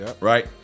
right